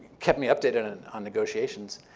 kept me updated and on negotiations.